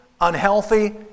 unhealthy